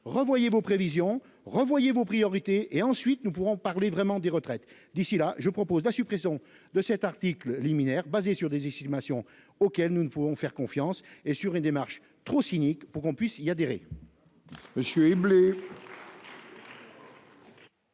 Revoyez vos prévisions. Revoyez vos priorités et ensuite nous pourrons parler vraiment des retraites d'ici là, je propose la suppression de cet article liminaire basée sur des estimations auxquelles nous ne pouvons faire confiance et sur une démarche trop cynique pour qu'on puisse y adhérer.